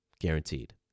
Guaranteed